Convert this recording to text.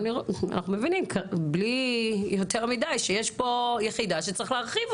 אנחנו מבינים שיש פה יחידה שצריך להרחיב,